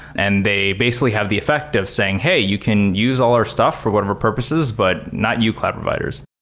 and they basically have the effect of saying, hey! you can use all our stuff for whatever purposes, but not you cloud providers.